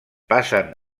passen